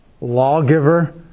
lawgiver